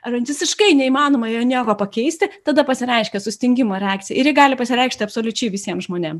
ar visiškai neįmanoma joj nieko pakeisti tada pasireiškia sustingimo reakcija ir ji gali pasireikšti absoliučiai visiem žmonėm